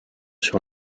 sur